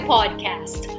Podcast